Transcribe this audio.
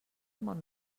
mont